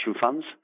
funds